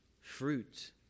fruit